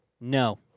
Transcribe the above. No